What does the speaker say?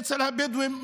אצל הבדואים,